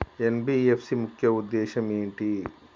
NBFC ముఖ్య ఉద్దేశం ఏంటి?